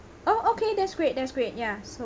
oh okay that's great that's great ya so